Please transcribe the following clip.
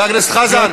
חבר הכנסת חזן.